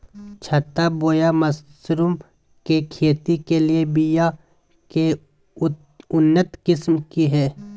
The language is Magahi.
छत्ता बोया मशरूम के खेती के लिए बिया के उन्नत किस्म की हैं?